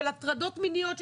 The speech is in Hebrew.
של הטרדות מיניות,